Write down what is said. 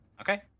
Okay